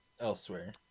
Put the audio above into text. Elsewhere